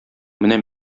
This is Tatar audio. менә